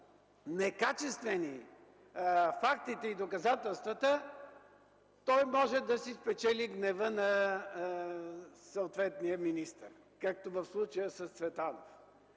некачествени фактите и доказателствата, може да си спечели гнева на съответния министър, както в случая с Цветанов.